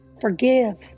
Forgive